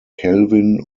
kelvin